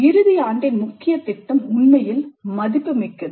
இறுதி ஆண்டின் முக்கிய திட்டம் உண்மையில் மதிப்புமிக்கது